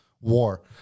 war